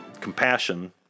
Compassion